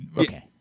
okay